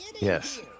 Yes